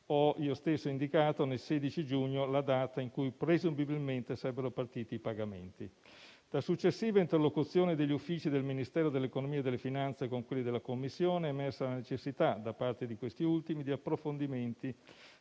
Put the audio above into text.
io stesso ho indicato nel 16 giugno la data in cui presumibilmente sarebbero partiti i pagamenti. Da successiva interlocuzione degli uffici del Ministero dell'economia e delle finanze con quelli della Commissione è emersa la necessità da parte di questi ultimi di approfondimenti